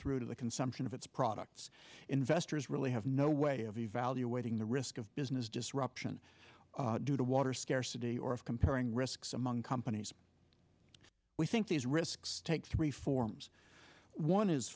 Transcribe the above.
through to the consumption of its products investors really have no way of evaluating the risk of business disruption due to water scarcity or of comparing risks among companies we think these risks take three forms one is